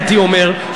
הייתי אומר,